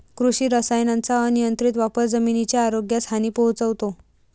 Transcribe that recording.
कृषी रसायनांचा अनियंत्रित वापर जमिनीच्या आरोग्यास हानी पोहोचवतो